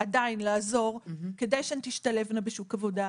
עדיין לעזור כדי שהן תשתלבנה בשוק העבודה,